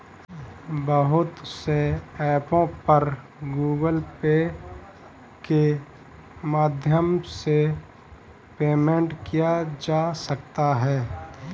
बहुत से ऐपों पर गूगल पे के माध्यम से पेमेंट किया जा सकता है